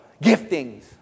giftings